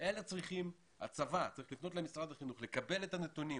אלא הצבא צריך לפנות למשרד החינוך ולקבל את הנתונים